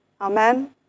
Amen